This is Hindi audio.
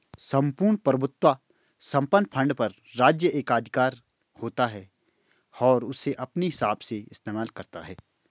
सम्पूर्ण प्रभुत्व संपन्न फंड पर राज्य एकाधिकार होता है और उसे अपने हिसाब से इस्तेमाल करता है